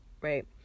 right